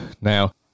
now